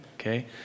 okay